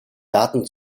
daten